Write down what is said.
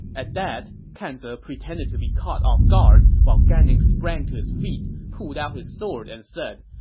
at that, kan ze pretended to be caught off guard, while gan ning sprang to his feet, pulled out his sword, and said,